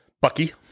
Bucky